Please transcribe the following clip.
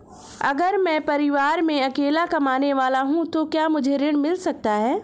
अगर मैं परिवार में अकेला कमाने वाला हूँ तो क्या मुझे ऋण मिल सकता है?